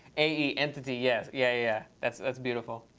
ae entity, yes. yeah, yeah, that's that's beautiful.